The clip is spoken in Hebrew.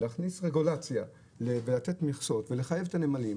אז להכניס רגולציה ולתת מכסות ולחייב את הנמלים,